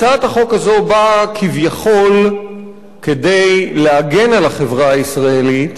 הצעת החוק הזאת באה כביכול כדי להגן על החברה הישראלית